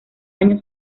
año